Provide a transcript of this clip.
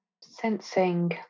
sensing